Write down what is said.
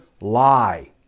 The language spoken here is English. lie